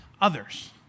others